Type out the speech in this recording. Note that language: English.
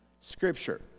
scripture